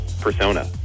persona